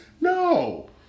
No